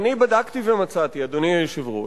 אני בדקתי ומצאתי, אדוני היושב-ראש,